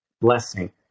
blessing